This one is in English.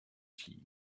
tea